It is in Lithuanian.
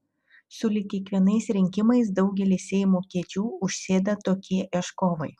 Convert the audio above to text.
sulig kiekvienais rinkimais daugelį seimo kėdžių užsėda tokie ieškovai